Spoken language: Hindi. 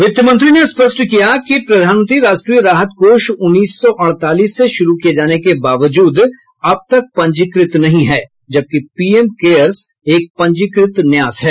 वित्त मंत्री ने स्पष्ट किया कि प्रधानमंत्री राष्ट्रीय राहत कोष उन्नीस सौ अड़तालीस से शुरू किए जाने के बावजूद अब तक पंजीकृत नहीं है जबकि पीएम केयर्स एक पंजीकृत न्यास है